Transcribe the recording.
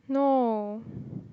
no